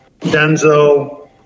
Denso